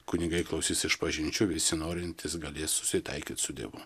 kunigai klausys išpažinčių visi norintys galės susitaikyt su dievu